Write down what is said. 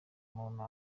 umuntu